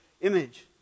image